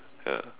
ya